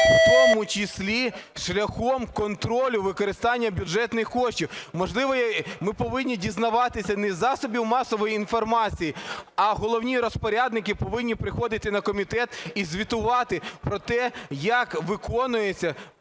в тому числі шляхом контролю використання бюджетних коштів? Можливо, ми повинні дізнаватися не з засобів масової інформації, а головні розпорядники повинні приходити на комітет і звітувати про те, як виконується